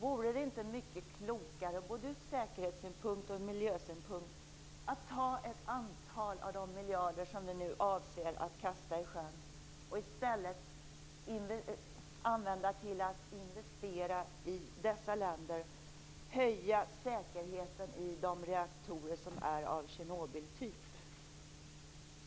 Vore det inte mycket klokare ur både säkerhetssynpunkt och miljösynpunkt att ta ett antal av de miljarder som vi nu avser att kasta i sjön och i stället använda dem till att investera i dessa länder och höja säkerheten i de reaktorer som är av Tjernobyltyp?